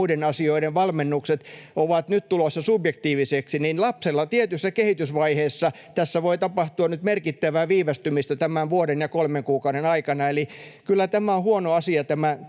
muiden asioiden valmennukset ovat nyt tulossa subjektiiviseksi, niin lapsella tietyssä kehitysvaiheessa tässä voi tapahtua merkittävää viivästymistä tämän vuoden ja kolmen kuukauden aikana. Eli kyllä tämä lykkäys on huono asia